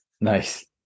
Nice